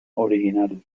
original